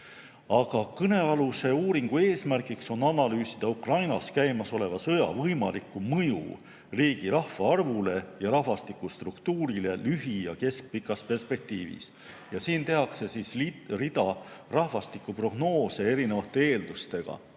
Aga kõnealuse uuringu eesmärk oli analüüsida Ukrainas käimasoleva sõja võimalikku mõju riigi rahvaarvule ja rahvastikustruktuurile lühi- ja keskpikas perspektiivis. Selles tehakse rida rahvastikuprognoose erinevate eeldustega,